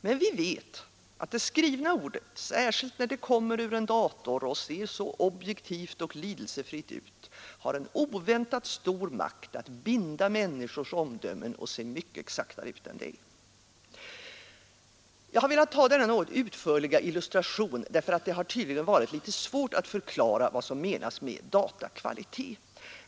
Men vi vet att det skrivna ordet, särskilt när det kommer ur en dator och ser så objektivt och lidelsefritt ut, har en oväntat stor makt att binda människors omdöme och se mycket exaktare ut än vad det är. Jag har velat ta denna något utförliga illustration, därför att det tydligen har varit litet svårt att förklara vad som menas med datakvalitet.